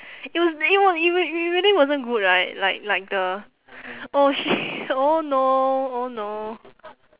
it was it was it really wasn't good right like like the oh shit oh no oh no